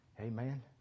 Amen